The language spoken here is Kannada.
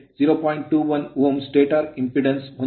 21 Ω stator impedance ಸ್ಟಾಟರ್ ಇಂಪೆಡಾನ್ಸ್ ಹೊಂದಿದೆ